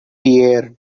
pierre